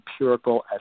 empirical